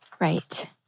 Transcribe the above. Right